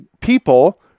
people